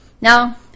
Now